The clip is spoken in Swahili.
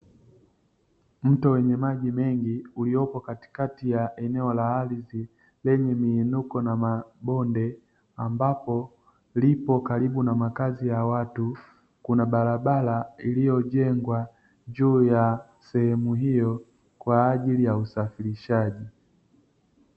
Mto wenye maji mengi uliopo katikati ya eneo la ardhi, lenye miinuko na mabonde ambapo lipo karibu na makazi ya watu. Kuna barabara iliyojengwa juu ya sehemu hiyo, kwa ajili ya usafirishaji.